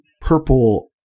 purple